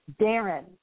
Darren